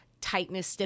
tightness